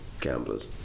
gamblers